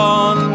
on